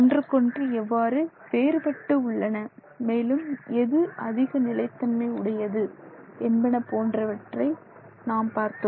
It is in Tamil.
ஒன்றுக்கொன்று எவ்வாறு வேறுபட்டு உள்ளன மேலும் எது அதிக நிலைத்தன்மை உடையது என்பன போன்றவற்றை நாம் பார்த்தோம்